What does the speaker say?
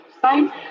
Fine